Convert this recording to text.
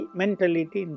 mentality